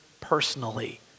personally